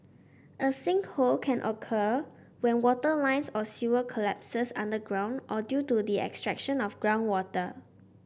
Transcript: a sinkhole can occur when water lines or sewer collapses underground or due to the extraction of groundwater